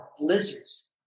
blizzards